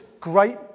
great